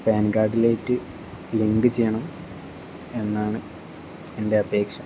pan കാർഡിലേറ്റ് link ചെയ്യണം എന്നാണ് എൻ്റെ അപേക്ഷ